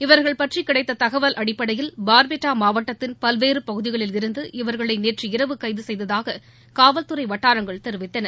இவர்கள் பற்றி கிடைத்த தகவல் அடிப்படையில் பார்பெட்டா மாவட்டத்தின் பல்வேறு பகுதிகளிலிருந்து இவர்களை நேற்று இரவு கைது செய்ததாக காவல்துறை வட்டாரங்கள் தெரிவித்தன